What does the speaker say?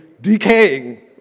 decaying